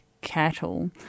cattle